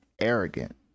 arrogant